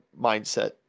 mindset